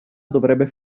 dovrebbe